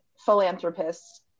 Philanthropists